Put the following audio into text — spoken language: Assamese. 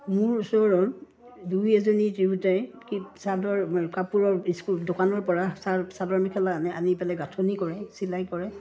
মোৰ ওচৰত দুই এজনী তিৰোতাই কি চাদৰ কাপোৰৰ স্কুল দোকানৰ পৰা চাদৰ মেখেলা আনে আনি পেলাই গাঁঠনি কৰে চিলাই কৰে